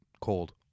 cold